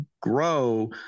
grow